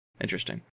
Interesting